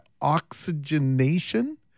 oxygenation